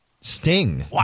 Sting